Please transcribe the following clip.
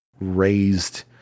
raised